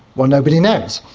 well, nobody knows.